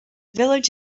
village